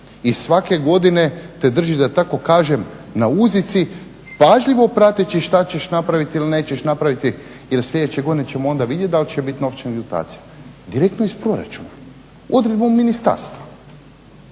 i svake godine te drži, da tako kažem, na uzici pažljivo prateći što ćeš napraviti ili nećeš napraviti jer sljedeće godine ćemo onda vidjeti dal će biti novčane … Direktno iz proračuna, … ministarstva.